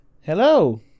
hello